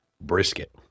brisket